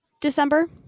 december